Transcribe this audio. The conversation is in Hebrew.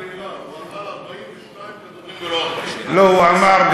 הוא אכל 42 כדורים, לא, הוא אמר,